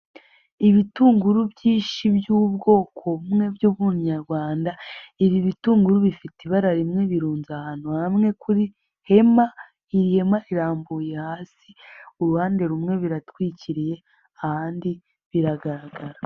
Ibitunguru byinshi by'ubwoko bumwe bw'ubunyarwanda ibi bitunguru bifite ibara rimwe birunze ahantu hamwe kuri hema iyi hema irambuye hasi uruhande rumwe biratwikiriye ahandi biragaragara.